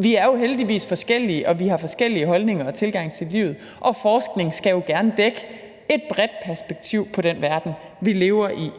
Vi er jo heldigvis forskellige, og vi har forskellige holdninger og tilgange til livet, og forskning skal jo gerne dække et bredt perspektiv på den verden, vi lever i.